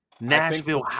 Nashville